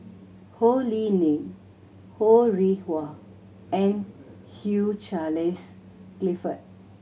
Ho Lee Ling Ho Rih Hwa and Hugh Charles Clifford